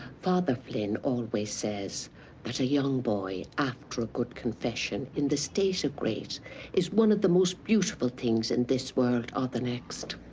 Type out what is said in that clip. father flynn always says that a young boy after a good confession in the state of grace is one of the most beautiful things in this world or the next.